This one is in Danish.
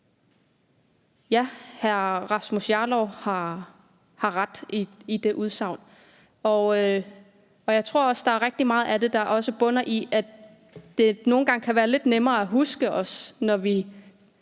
Ja, hr. Rasmus Jarlov har ret i det udsagn. Og jeg tror også, at der er rigtig meget af det, der også bunder i, at det nogle gange kan være lidt nemmere at huske os, når vi